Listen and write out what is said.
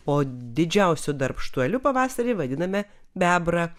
o didžiausiu darbštuoliu pavasarį vadiname bebrą